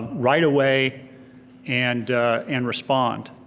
right away and and respond.